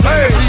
Hey